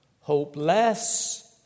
hopeless